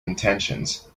intentions